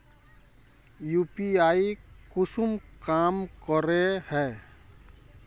UPI कुंसम काम करे है?